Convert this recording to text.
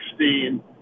2016